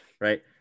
right